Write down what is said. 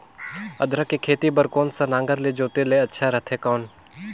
अदरक के खेती बार कोन सा नागर ले जोते ले अच्छा रथे कौन?